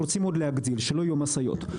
ורוצים עוד להגדיל שלא יהיו משאיות.